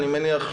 אני מניח,